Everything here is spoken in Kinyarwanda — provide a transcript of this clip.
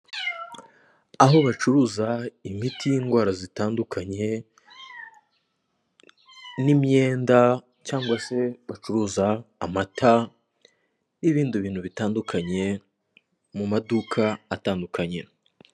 Aho bacuruza imiti y'indwara zitandukanye n'imyenda cyangwa se bacuruza amata n'ibindi bintu bitandukanye mu maduka atandukanye.